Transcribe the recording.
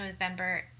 November